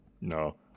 No